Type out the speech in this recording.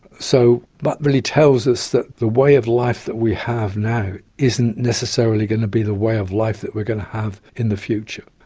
so that but really tells us that the way of life that we have now isn't necessarily going to be the way of life that we are going to have in the future.